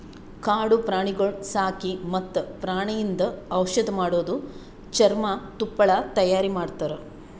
ಕಾಡು ಪ್ರಾಣಿಗೊಳ್ ಸಾಕಿ ಮತ್ತ್ ಪ್ರಾಣಿಯಿಂದ್ ಔಷಧ್ ಮಾಡದು, ಚರ್ಮ, ತುಪ್ಪಳ ತೈಯಾರಿ ಮಾಡ್ತಾರ